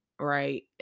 right